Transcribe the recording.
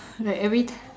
like every